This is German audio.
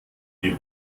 die